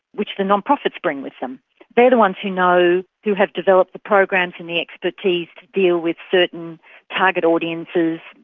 which the non-profits bring with them they're the ones who know, who have developed the programs and the expertise to deal with certain target audiences,